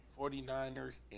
49ers